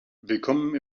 willkommen